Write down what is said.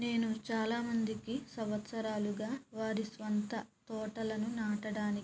నేను చాలామందికి సంవత్సరాలుగా వారి సొంత తోటలను నాటడానికి